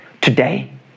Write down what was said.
today